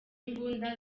imbunda